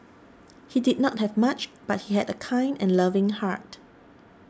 he did not have much but he had a kind and loving heart